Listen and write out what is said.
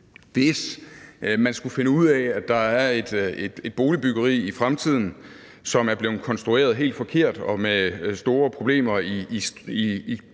fremtiden skulle finde ud af, at der er et boligbyggeri, som er blevet konstrueret helt forkert og med store problemer i